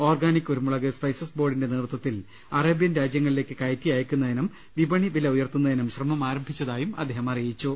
organic കുരുമുളക് spices ബോർഡിന്റെ നേതൃത്വത്തിൽ അറേബ്യൻ രാജ്യങ്ങളിലേക്ക് കയറ്റി അയക്കുന്നതിനും വിപണി വില ഉയർത്തുന്നതിനും ശ്രമം ആരംഭിച്ചതായും അദ്ദേഹം അറിയിച്ചു